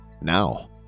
now